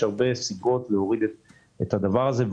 יש הרבה סיבות להוריד את הדבר הזה,